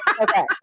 Okay